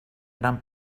gran